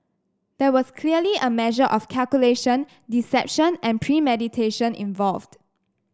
there was clearly a measure of calculation deception and premeditation involved